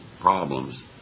problems